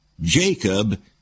Jacob